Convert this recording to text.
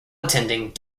attending